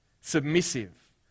submissive